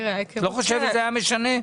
את לא חושבת שזה היה משנה?